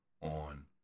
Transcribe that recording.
on